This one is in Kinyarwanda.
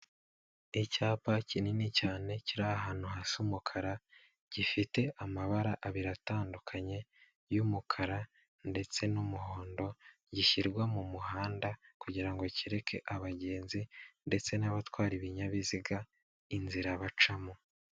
Icyapa kinini cyane kiri ahantu hasa umukara gifite amabara abiri atandukanye y'umukara ndetse n'umuhondo, gishyirwa mu muhanda kugira ngo cyereke abagenzi ndetse n'abatwara ibinyabiziga inzira bacamo.